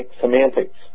semantics